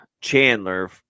chandler